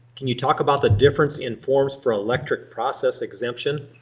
can you talk about the difference in forms for electric process exemption?